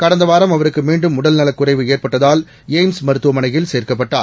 கடந்தவாரம்அவருக்குமீண்டும்உடல்நலக்குறைவுஏற்பட்ட தால் எய்ம்ஸ்மருத்துவமனையில்சேர்க்கப்பட்டார்